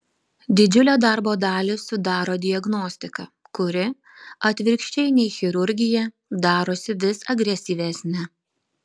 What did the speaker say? didžiulę darbo dalį sudaro diagnostika kuri atvirkščiai nei chirurgija darosi vis agresyvesnė